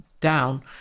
down